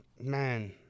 man